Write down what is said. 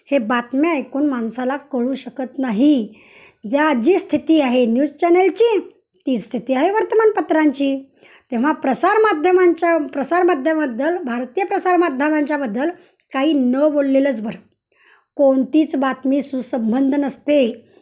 हे बातम्या ऐकून माणसाला कळू शकत नाही ज्या जी स्थिती आहे न्यूज चॅनलची ती स्थिती आहे वर्तमानपत्रांची तेव्हा प्रसारमाध्यमांच्या प्रसारमाध्यबद्दल भारतीय प्रसारमाध्यमांच्या बद्दल काही न बोललेलंच बरं कोणतीच बातमी सुसंबंध नसते